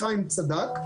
חיים צדק,